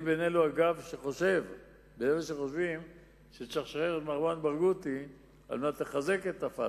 אני מאלו שחושבים שצריך לשחרר את מרואן ברגותי על מנת לחזק את ה"פתח",